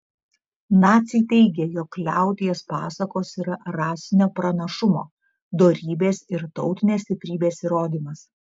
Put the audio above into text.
naciai teigė jog liaudies pasakos yra rasinio pranašumo dorybės ir tautinės stiprybės įrodymas